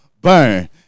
burn